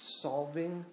solving